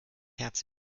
herz